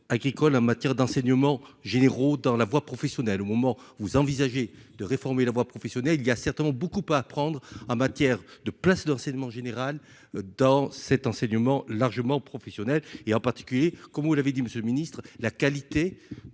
agricole en matière d'enseignements généraux dans la voie professionnelle au moment, vous envisagez de réformer la voie professionnelle, il y a certainement beaucoup à apprendre en matière de place d'enseignement général dans cet enseignement largement professionnel et en particulier comme vous l'avez dit, monsieur le Ministre, la qualité